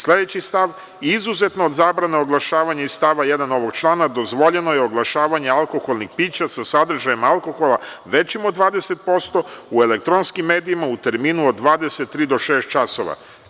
Sledeći stav, izuzetno od zabrana oglašavanja iz stava 1. ovog člana, dozvoljeno je oglašavanje alkoholnih pića sa sadržajem alkohola većim od 20% u elektronskim medijima u terminu od 23 do šest časova.